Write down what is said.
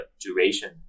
duration